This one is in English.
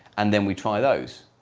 and then we try those.